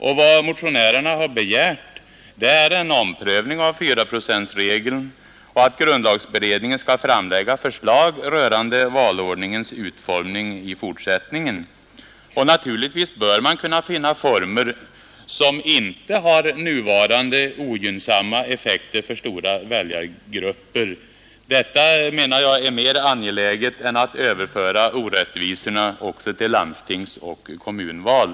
Vad vi motionärer har begärt är en omprövning av fyraprocentregeln och att grundlagberedningen skall framlägga förslag rörande valordningens utformning i fortsättningen. Och naturligtvis bör man kunna finna former som inte har de nuvarande ogynnsamma effekterna för stora väljargrupper. Detta menar jag är mera angeläget än att överföra orättvisorna också till landstingsoch kommunalval.